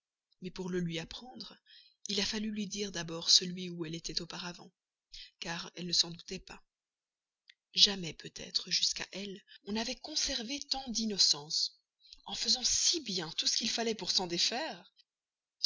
mais pour le lui apprendre il a fallu lui dire d'abord celui où elle était auparavant car elle ne s'en doutait pas jamais peut-être jusqu'à elle on n'avait conservé tant d'innocence en faisant si bien tout ce qu'il fallait pour s'en défaire